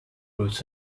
roots